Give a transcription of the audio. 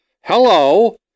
hello